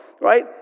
right